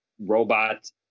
robot